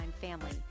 family